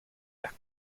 las